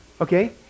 Okay